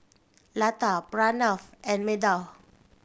Lata Pranav and Medha